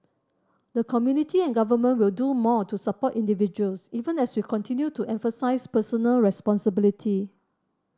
the community and government will do more to support individuals even as we continue to emphasise personal responsibility